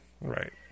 Right